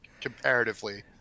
comparatively